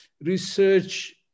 research